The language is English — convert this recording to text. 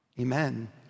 amen